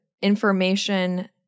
information